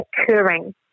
occurring